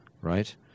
right